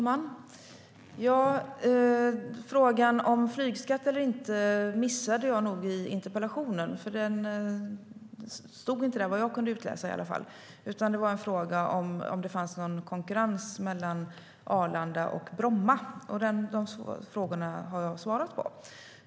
Fru talman! Frågan om flygskatt eller inte missade jag nog i interpellationerna. Den fanns inte där vad jag kunde utläsa. Det fanns en fråga om huruvida det finns någon konkurrens mellan Arlanda och Bromma, och den har jag svarat på.